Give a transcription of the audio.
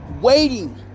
waiting